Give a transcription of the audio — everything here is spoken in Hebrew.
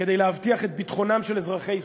כדי להבטיח את ביטחונם של אזרחי ישראל,